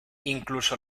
incluso